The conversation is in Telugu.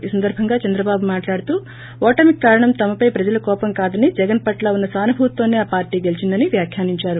ఈ సందర్బంగా చంద్రబాబు మాట్లాడుతూ ఓటమికి కారణం తమపై ప్రజల కోపం కాదని జగన్ పట్ల ఉన్న సానుభూతితోనే ఆ పార్టీ గెలిచిందని వ్యాఖ్యానించారు